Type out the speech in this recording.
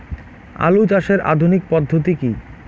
আলু চাষের আধুনিক পদ্ধতি কি?